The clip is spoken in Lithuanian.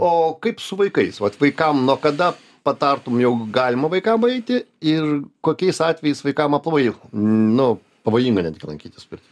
o kaip su vaikais vat vaikam nuo kada patartum jau galima vaikam eiti ir kokiais atvejais vaikam aplamai nu pavojinga netgi lankytis pirt